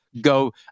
go